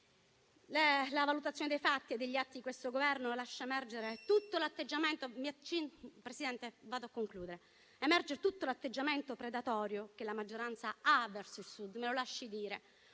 La valutazione dei fatti e degli atti di questo Governo lascia emergere tutto l'atteggiamento predatorio che la maggioranza ha verso il Sud, me lo lasci dire.